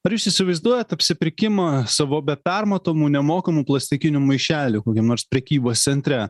ar jūs įsivaizduojat apsipirkimą savo be permatomų nemokamų plastikinių maišelių kokiam nors prekybos centre